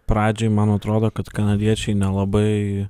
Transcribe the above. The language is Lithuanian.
pradžiai man atrodo kad kanadiečiai nelabai